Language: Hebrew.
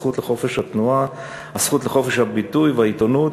הזכות לחופש התנועה והזכות לחופש הביטוי והעיתונות,